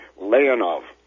Leonov